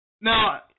Now